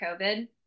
COVID